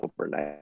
overnight